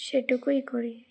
সেটুকুই করি